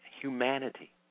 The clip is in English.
humanity